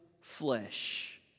flesh